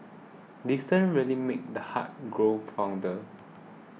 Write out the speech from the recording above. distance really made the heart grow fonder